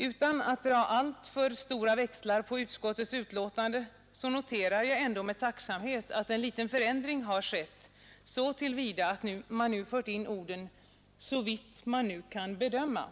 Utan att dra alltför stora växlar på utskottets betänkande noterar jag ändå med tacksamhet att en liten förändring har skett så till vida att man nu fört in orden ”såvitt man nu kan bedöma”.